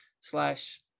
slash